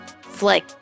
Flick